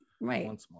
right